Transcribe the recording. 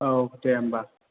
औ दे होम्बा